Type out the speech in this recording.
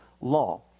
law